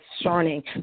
concerning